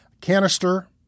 canister